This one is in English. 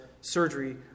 surgery